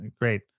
great